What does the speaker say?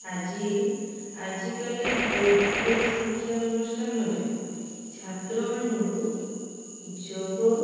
ଆଜି ଆଜିକାଲି ବହୁ ଶିକ୍ଷା ଅନୁଷ୍ଠାନରେ ଛାତ୍ରମାନଙ୍କୁ ଯୋଗ